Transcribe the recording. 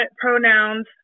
pronouns